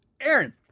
Aaron